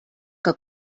que